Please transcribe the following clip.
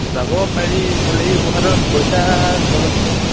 যাব পাৰি খালী মোৰ হাতত পইচা কম আছে নহয়